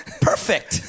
Perfect